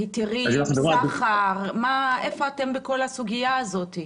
היתרים, סחר איפה אתם בכל הסוגיה הזאת?